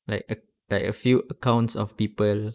like a like a few accounts of people